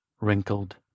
wrinkled